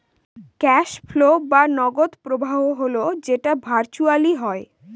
cash flow বা নগদ প্রবাহ হল যেটা ভার্চুয়ালি হয়